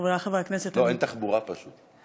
חברי חברי הכנסת, אין תחבורה, פשוט.